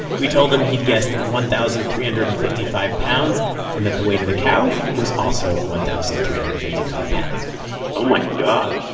we told him he'd guessed one thousand three hundred and fifty five pounds and that the weight of the cow was also one thousand three hundred and fifty five pounds oh, my god